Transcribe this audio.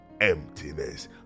emptiness